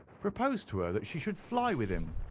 proposed to her that she should fly with him.